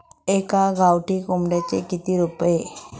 एका गावठी कोंबड्याचे कितके रुपये?